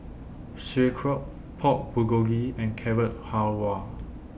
Sauerkraut Pork Bulgogi and Carrot Halwa